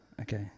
okay